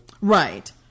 Right